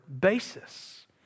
basis